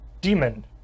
demon